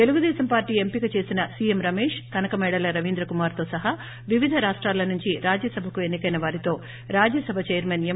తెలుగుదేశం పార్ల్ ఎంపిక చేసిన సీఎం రమేష్ కనకమేడల రవీంద్రకుమార్ తో సహా వివిధ రాష్టాల నుంచి రాజ్యసభకు ఎన్నికైన వారితో రాజ్యసభ చైర్మన్ ఎం